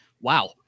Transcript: wow